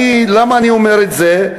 למה אני אומר את זה?